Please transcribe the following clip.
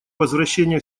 возвращения